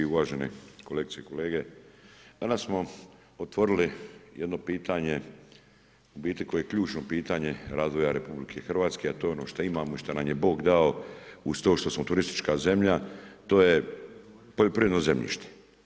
Uvažene kolegice i kolege, danas smo otvorili jedno pitanje u biti koje je ključno pitanje razvoja RH a to je ono što imamo i što nam je Bog dao uz to što smo turistička zemlja, to je poljoprivredno zemljište.